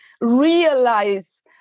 realize